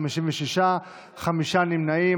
בעד, 48, נגד, 56, חמישה נמנעים.